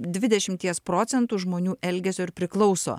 dvidešimties procentų žmonių elgesio ir priklauso